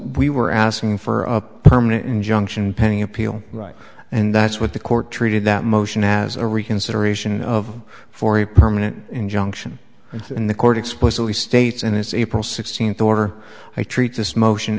we were asking for a permanent injunction pending appeal right and that's what the court treated that motion as a reconsideration of for a permanent injunction and the court explicitly states in his april sixteenth order i treat this motion